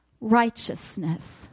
righteousness